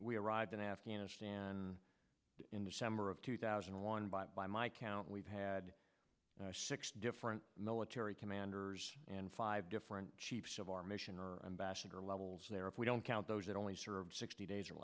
we arrived in afghanistan in december of two thousand and one by by my count we've had six different military commanders and five different chiefs of our mission or embassador levels there if we don't count those that only served sixty days or